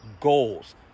goals